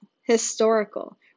historical